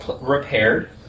repaired